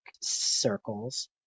circles